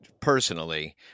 personally